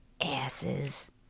asses